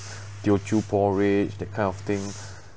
teochew porridge that kind of thing